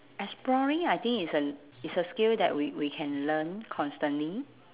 exploring I think is a l~ is a skill that we we can learn constantly